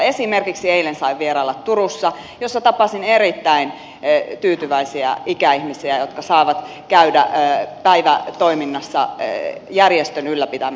esimerkiksi eilen sain vierailla turussa jossa tapasin erittäin tyytyväisiä ikäihmisiä jotka saavat käydä päivätoiminnassa järjestön ylläpitämässä paikassa